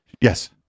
Yes